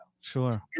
Sure